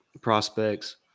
prospects